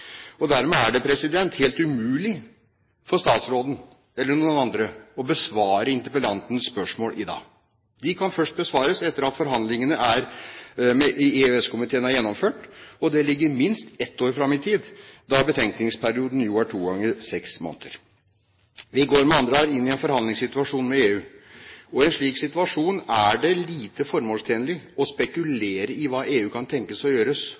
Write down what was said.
Dermed er det helt umulig for statsråden – eller for noen andre – å besvare interpellantens spørsmål i dag. De kan først besvares etter at forhandlingene i EØS-komiteen er gjennomført, og det ligger minst ett år fram i tid, da betenkningsperioden jo er to ganger seks måneder. Vi går med andre ord inn i en forhandlingssituasjon med EU, og i en slik situasjon er det lite formålstjenlig å spekulere i hva EU kan tenkes å